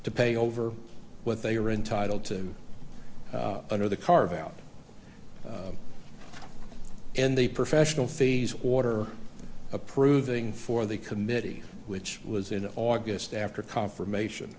pay over what they are entitled to under the carve out and the professional fees order approving for the committee which was in august after confirmation